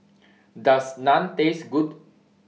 Does Naan Taste Good